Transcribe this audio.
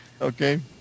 Okay